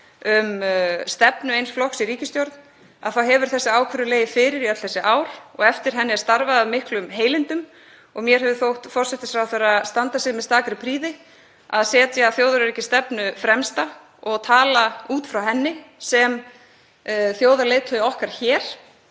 um stefnu eins flokks í ríkisstjórn þá hefur þessi ákvörðun legið fyrir í öll þessi ár og eftir henni er starfað af miklum heilindum. Mér hefur þótt forsætisráðherra standa sig með stakri prýði að setja þjóðaröryggisstefnu fremst og tala út frá henni sem þjóðarleiðtogi okkar hér